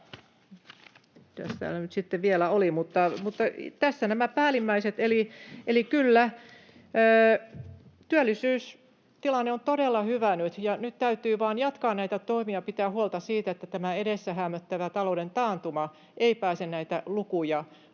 tässä nämä päällimmäiset. Eli kyllä, työllisyystilanne on todella hyvä nyt, ja nyt täytyy vain jatkaa näitä toimia ja pitää huolta siitä, että edessä häämöttävä talouden taantuma ei pääse näitä lukuja